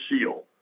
seal